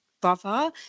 brother